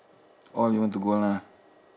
all you want to go lah